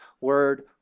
word